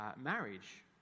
marriage